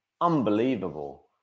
unbelievable